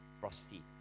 Frosty